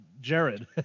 Jared